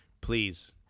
please